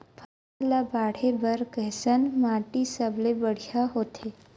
फसल ला बाढ़े बर कैसन माटी सबले बढ़िया होथे?